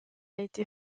été